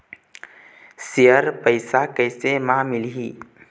Share पैसा कैसे म मिलही?